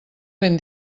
ben